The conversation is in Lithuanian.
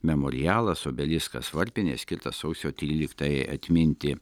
memorialas obeliskas varpinė skirta sausio triliktajai atminti